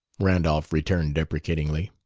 randolph returned deprecatingly,